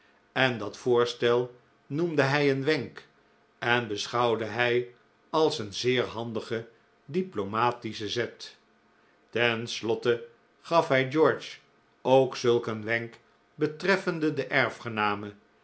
en dat voorstel noemde hij een wenk en beschouwde hij als een zeer handigen diplomatischen zet ten slotte gaf hij george ook zulk een wenk betreffende de